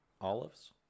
Olives